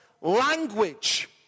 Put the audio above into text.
language